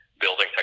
building